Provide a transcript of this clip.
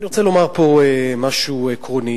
אני רוצה לומר פה משהו עקרוני.